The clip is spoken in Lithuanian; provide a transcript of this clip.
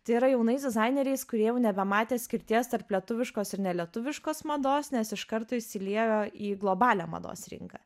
tai yra jaunais dizaineriais kurie jau nebematė skirties tarp lietuviškos ir nelietuviškos mados nes iš karto įsiliejo į globalią mados rinką